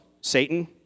Satan